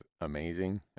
amazing